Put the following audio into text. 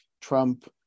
Trump